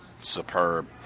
Superb